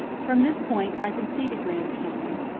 from this point i can see the grand canyon,